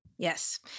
Yes